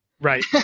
Right